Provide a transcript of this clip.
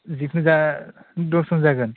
जेखुनु जाया दसजन जागोन